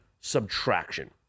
subtraction